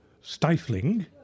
stifling